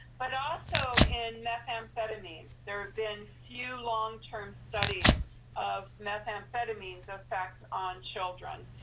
but also, in methamphetamines, there have been few long-term studies of methamphetamine's effect on children.